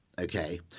okay